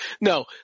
No